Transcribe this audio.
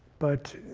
but